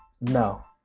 No